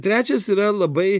trečias yra labai